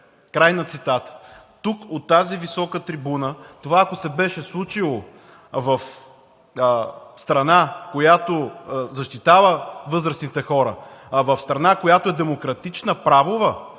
край на цитата. Тук от тази висока трибуна, ако това се беше случило в страна, която защитава възрастните хора, в страна, която е демократична, правова,